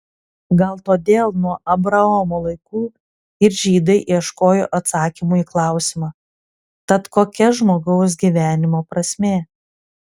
gal todėl nuo abraomo laikų ir žydai ieškojo atsakymų į klausimą tad kokia žmogaus gyvenimo prasmė